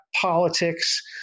politics